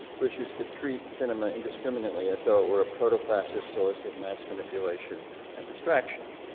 richards could treat cinema indiscriminately as though it were a proto-fascist source of mass manipulation and distraction.